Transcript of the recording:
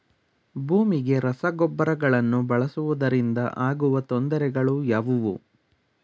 ಭೂಮಿಗೆ ರಸಗೊಬ್ಬರಗಳನ್ನು ಬಳಸುವುದರಿಂದ ಆಗುವ ತೊಂದರೆಗಳು ಯಾವುವು?